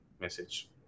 message